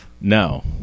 No